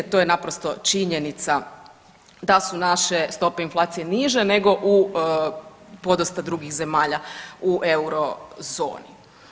To je naprosto činjenica da su naše stope inflacije niže nego u podosta drugih zemalja u euro zoni.